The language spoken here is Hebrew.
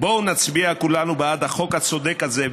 בואו נצביע כולנו בעד החוק הצודק הזה,